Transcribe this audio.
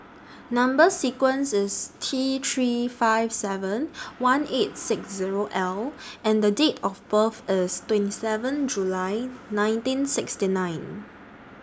Number sequence IS T three five seven one eight six Zero L and The Date of birth IS twenty seven July nineteen sixty nine